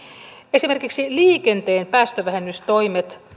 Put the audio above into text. esimerkiksi liikenteen päästövähennystoimet